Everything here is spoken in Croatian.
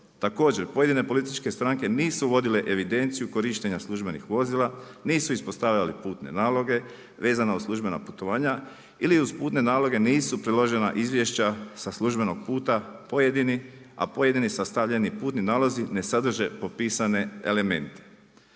Također pojedine političke stranke nisu vodile evidenciju korištenja službenih vozila, nisu ispostavljali putne naloge vezano uz službena putovanja ili uz putne naloge nisu priložena izvješća sa službenog puta pojedini, a pojedini sastavljeni putni nalozi ne sadrže popisane elemente.